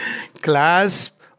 Clasp